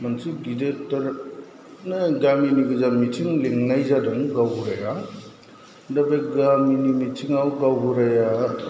मोनसे गिदिरथारनो गामिनि गोजा मिथिं लिंनाय जादों गावबुराया दा बे गामिनि मिथिंआव गावबुराया